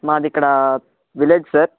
మాదిక్కడా village sir